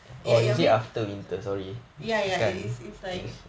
ya ya it's it's like